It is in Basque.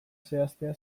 zehaztea